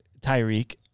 Tyreek